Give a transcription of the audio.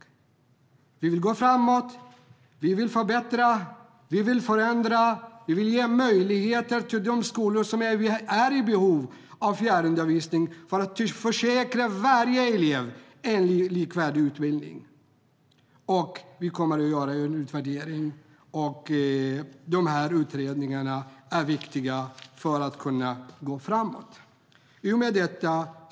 Fru talman!